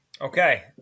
Okay